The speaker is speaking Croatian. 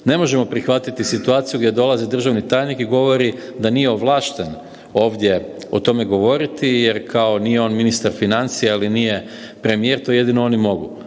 Ne možemo prihvatiti situaciju gdje dolazi državni tajnik i govori da nije ovlašten ovdje o tome govoriti jer kao nije on ministar financije ili nije premijer to jedino oni mogu.